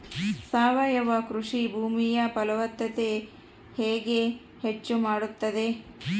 ಸಾವಯವ ಕೃಷಿ ಭೂಮಿಯ ಫಲವತ್ತತೆ ಹೆಂಗೆ ಹೆಚ್ಚು ಮಾಡುತ್ತದೆ?